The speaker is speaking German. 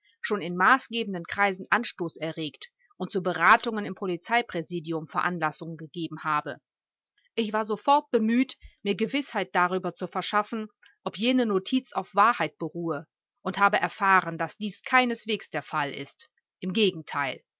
schon in maßgebenden kreisen anstoß erregt und zu beratungen im polizeipräsidium veranlassung gegeben habe ich war sofort bemüht mir gewißheit darüber zu verschaffen ob jene notiz auf wahrheit beruhe und habe erfahren daß dies keineswegs der fall ist im gegenteil